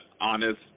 honest